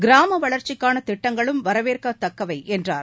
கிராம வளர்ச்சிக்கான திட்டங்களும் வரவேற்கத்தக்கவை என்றார்